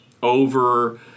Over